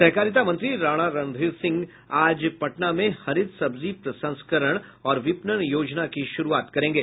सहकारिता मंत्री राणा रणधीर सिंह आज पटना में हरित सब्जी प्रसंस्करण और विपणन योजना की शुरूआत करेंगे